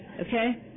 Okay